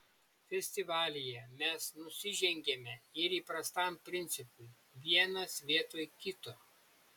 festivalyje mes nusižengiame ir įprastam principui vienas vietoj kito